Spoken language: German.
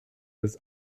das